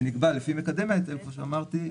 שנקבע לפי מקדם ההיטל כמו שאמרתי,